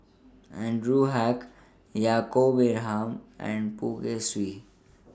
Anwarul Haque Yaacob Ibrahim and Poh Kay Swee